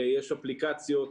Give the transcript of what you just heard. יש אפליקציות.